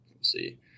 see